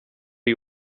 you